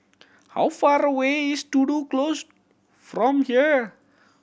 how far away is Tudor Close from here